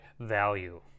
value